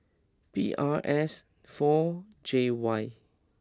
P R S four J Y